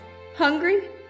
Hungry